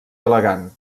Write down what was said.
elegant